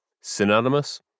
synonymous